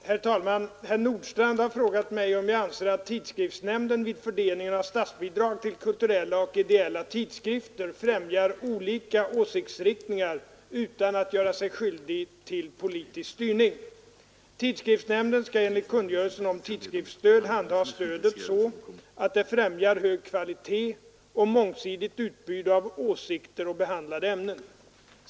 Herr talman! Herr Nordstrandh har frågat mig om jag anser att tidskriftshämnden vid fördelningen av statsbidrag till kulturella och ideella tidskrifter främjar olika åsiktsriktningar utan att göra sig skyldig till politisk styrning. Tidskriftsnämnden skall enligt kungörelsen om tidskriftsstöd handha stödet så att det främjar hög kvalitet och mångsidigt utbud av åsikter och behandlade ämnen.